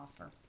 offer